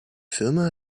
firma